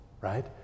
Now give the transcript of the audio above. right